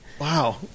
Wow